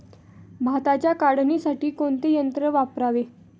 भाताच्या काढणीसाठी कोणते यंत्र वापरावे?